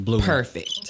perfect